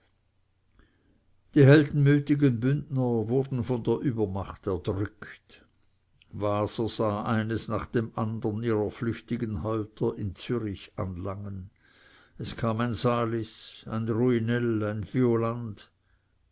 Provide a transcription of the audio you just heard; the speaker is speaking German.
die heldenmütigen bündner wurden von der übermacht erdrückt waser sah eines nach dem andern ihrer flüchtigen häupter in zürich anlangen es kam ein salis ein ruinell ein